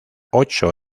ocho